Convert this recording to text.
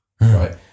Right